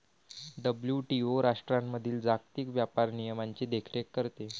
WTO राष्ट्रांमधील जागतिक व्यापार नियमांची देखरेख करते